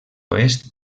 oest